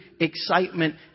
excitement